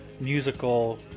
musical